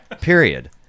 Period